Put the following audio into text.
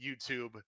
YouTube